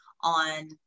on